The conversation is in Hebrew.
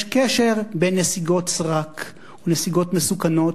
יש קשר בין נסיגות סרק ונסיגות מסוכנות